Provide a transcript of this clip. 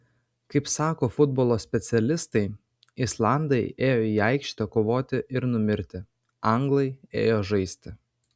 kaip sako futbolo specialistai islandai ėjo į aikštę kovoti ir numirti anglai ėjo žaisti